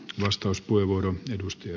arvoisa puhemies